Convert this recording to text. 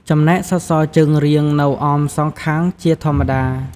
ចំណែកសសរជើងរៀងនៅអមសងខាងជាធម្មតា។